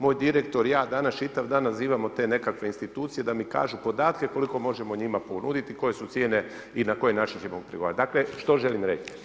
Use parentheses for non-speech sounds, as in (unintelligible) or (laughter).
Moj direktor i ja danas čitav dan danas nazivamo te nekakve institucije da mi kažu podatke koliko možemo njima ponuditi, koje su cijene i na koji način ih … (unintelligible) Dakle, što želim reći?